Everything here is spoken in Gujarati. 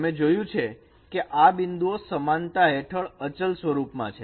તમે જોયું છે કે આ બિંદુઓ સમાનતા હેઠળ અચલ સ્વરૂપ માં છે